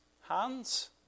hands